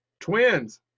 Twins